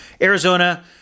Arizona